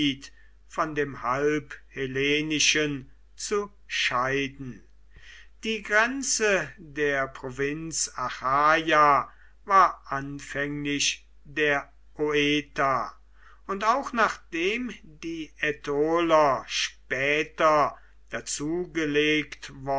von dem halb hellenischen zu scheiden die grenze der provinz achaia war anfänglich der oeta und auch nachdem die ätoler später dazu gelegt